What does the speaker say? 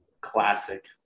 classic